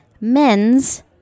men's